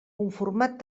conformat